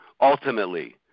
ultimately